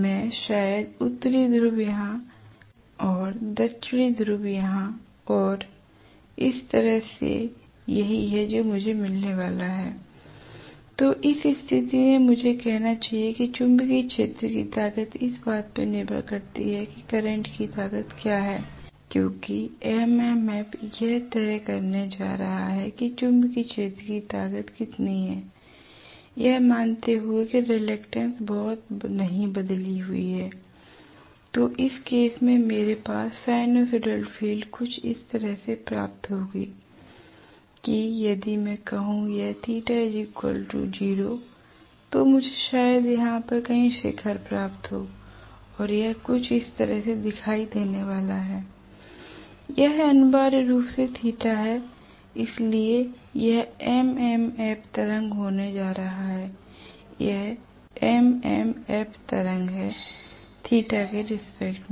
मैं शायद उत्तरी ध्रुव यहाँ और दक्षिणी ध्रुव यहाँ और इस तरह से यही है जो मुझे मिलने वाला है l तो इस स्थिति में मुझे कहना चाहिए कि चुंबकीय क्षेत्र की ताकत इस बात पर निर्भर करती है कि करंट की ताकत क्या है क्योंकि एमएमएफ यह तय करने जा रहा है कि चुंबकीय क्षेत्र की ताकत कितनी है यह मानते हुए कि रेलेक्टेंस बहुत नहीं बदलती है तो इस केस में मेरे पास साइनसोइडल फील्ड कुछ इस तरह से प्राप्त होगी कि यदि मैं कहूं यह तो मुझे शायद यहां पर कहीं शिखर प्राप्त हो और यह कुछ इस तरह से दिखाई देने वाला हैl यह अनिवार्य रूप से θ है इसलिए यह एम एम एफ तरंग होने जा रहा है यह एम एम एफ तरंग है θ के रिस्पेक्ट में